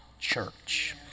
church